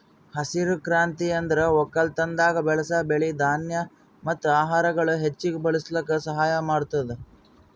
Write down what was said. ಹಸಿರು ಕ್ರಾಂತಿ ಅಂದುರ್ ಒಕ್ಕಲತನದಾಗ್ ಬೆಳಸ್ ಬೆಳಿ, ಧಾನ್ಯ ಮತ್ತ ಆಹಾರಗೊಳ್ ಹೆಚ್ಚಿಗ್ ಬೆಳುಸ್ಲುಕ್ ಸಹಾಯ ಮಾಡ್ತುದ್